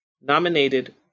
Nominated